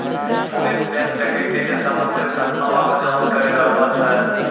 police bank डकैती से संबंधित घटना रो जांच करी रहलो छै